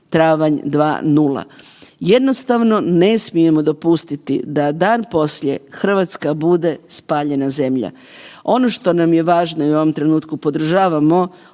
Travanj 2.0. Jednostavno ne smijemo dopustiti da dan poslije Hrvatska bude spaljena zemlja. Ono što nam je važno i u ovom trenutku podržavamo